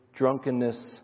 Drunkenness